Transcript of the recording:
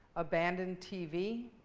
abandoned tv.